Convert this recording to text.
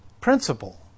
principle